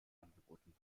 angeboten